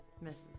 Misses